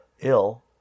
ill